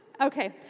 Okay